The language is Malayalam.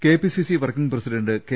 KPCC working president K